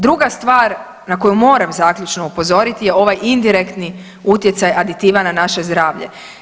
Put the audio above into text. Druga stvar na koju moram zaključno upozoriti je ovaj indirektni utjecaj aditiva na naše zdravlje.